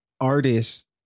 artist